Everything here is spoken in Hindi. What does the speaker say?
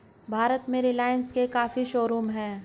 भारत में रिलाइन्स के काफी शोरूम हैं